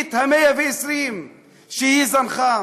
תוכנית ה-120 שהיא זנחה.